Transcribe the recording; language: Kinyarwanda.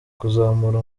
kuzamura